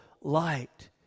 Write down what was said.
light